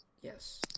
Yes